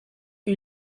eut